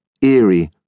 eerie